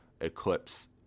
eclipse